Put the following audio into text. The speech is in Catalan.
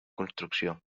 construcció